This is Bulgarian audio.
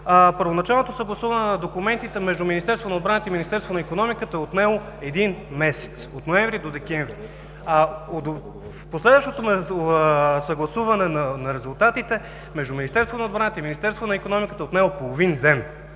първоначалното съгласуване на документите между Министерството на отбраната и Министерството на икономиката е отнело един месец – от ноември до декември, а последващото съгласуване на резултатите между Министерството на отбраната и Министерството на икономиката е отнело половин ден.